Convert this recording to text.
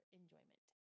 enjoyment